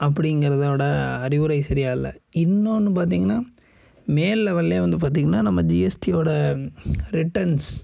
அப்படிங்குறதோட அறிவுரை சரியா இல்லை இன்னொன்று பார்த்திங்கன்னா மேல் லெவலில் வந்து பார்த்திங்கன்னா நம்ம ஜிஎஸ்டியோடய ரிட்டன்ஸ்